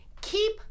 keep